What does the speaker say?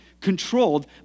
controlled